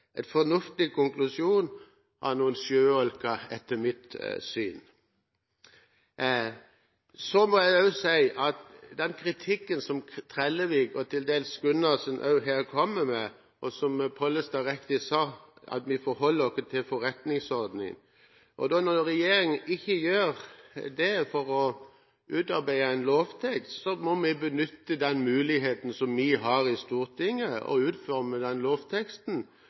En fornuftig konklusjon av noen sjøulker, etter mitt syn. Så må jeg også si at når det gjelder den kritikken som Trellevik og til dels Gundersen her kommer med – og som Pollestad riktig sa – forholder vi oss til en forretningsorden. Når regjeringen ikke gjør det for å utarbeide en lovtekst, må vi benytte den muligheten som vi har i Stortinget, til å utforme lovteksten,